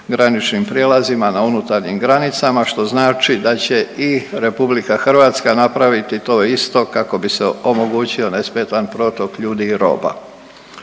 graničnim prijelazima na unutarnjim granicama, što znači da će i RH napraviti to isto kako bi se omogućio nesmetan protok ljudi i roba.